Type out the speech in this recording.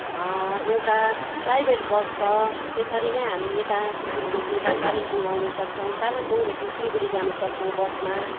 एउटा private bus छ त्यसरी नै हामी यता सिलगढीदेखि दा कालिम्पोङ आउन सक्छौँ कालिम्पोङदेखि सिलगढी जान सक्छौँ बसमा